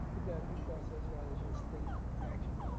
you've got a due process violation of state action.